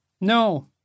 No